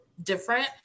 different